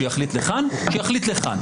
שיחליט לכאן או לכאן.